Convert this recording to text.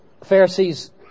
Pharisees